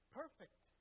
perfect